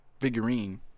figurine